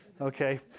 okay